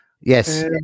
Yes